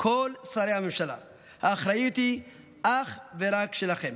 כל שרי הממשלה, האחריות היא אך ורק שלכם.